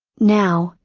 now,